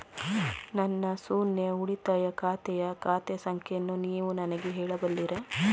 ನನ್ನ ಶೂನ್ಯ ಉಳಿತಾಯ ಖಾತೆಯ ಖಾತೆ ಸಂಖ್ಯೆಯನ್ನು ನೀವು ನನಗೆ ಹೇಳಬಲ್ಲಿರಾ?